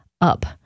up